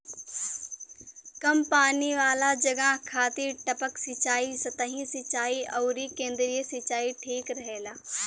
कम पानी वाला जगह खातिर टपक सिंचाई, सतही सिंचाई अउरी केंद्रीय सिंचाई ठीक रहेला